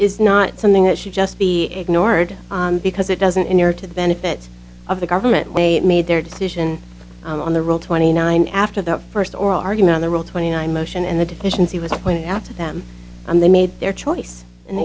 is not something that should just be ignored because it doesn't in your to the benefit of the government way it made their decision on the road twenty nine after the first or argument there were twenty nine motion and the deficiency was pointed out to them and they made their choice